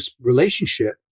relationship